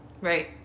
Right